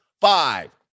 Five